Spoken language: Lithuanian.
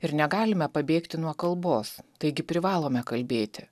ir negalime pabėgti nuo kalbos taigi privalome kalbėti